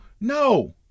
No